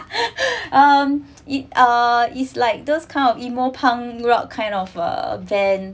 um it ah is like those kind of emo punk rock kind of uh van